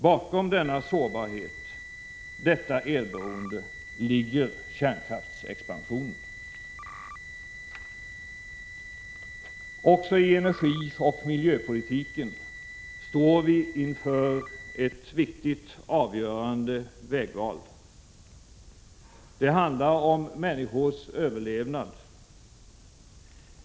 Bakom denna sårbarhet, detta elberoende, ligger kärnkraftsexpansionen. Också i energioch miljöpolitiken står vi inför ett avgörande vägval. Det handlar om människors överlevnad.